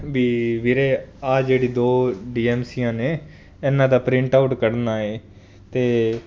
ਵੀ ਵੀਰੇ ਆਹ ਜਿਹੜੀ ਦੋ ਡੀ ਐਮ ਸੀ ਆਂ ਨੇ ਇਹਨਾਂ ਦਾ ਪ੍ਰਿੰਟ ਆਊਟ ਕੱਢਨਾ ਹੈ ਤੇ